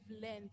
learned